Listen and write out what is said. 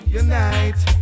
unite